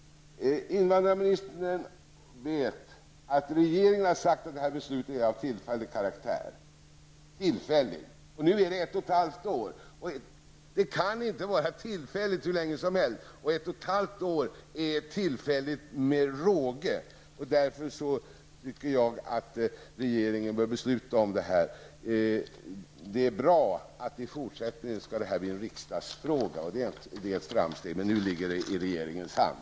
Invandrarministern vet att regeringen har sagt att detta beslut är av tillfällig karaktär. Nu har det gått ett och ett halvt år. Beslutet kan inte vara tillfälligt hur länge som helst! Ett och ett halvt år är tillfälligt med råge. Jag anser därför att regeringen bör fatta ett beslut. Det är bra att detta i fortsättningen blir en riksdagsfråga. Det är ett framsteg. Men nu ligger frågan i regeringens hand.